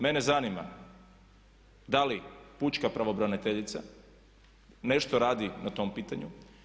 Mene zanima da li pučka pravobraniteljica nešto radi na tom pitanju?